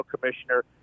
commissioner